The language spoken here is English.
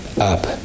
up